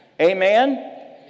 Amen